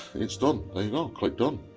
it's done there you go click done